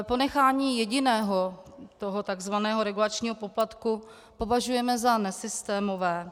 Ponechání jediného tzv. regulačního poplatku považujeme za nesystémové.